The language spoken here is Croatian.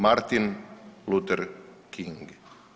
Martin Luther King.